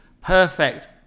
perfect